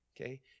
Okay